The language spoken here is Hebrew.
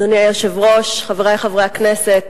אדוני היושב-ראש, חברי חברי הכנסת,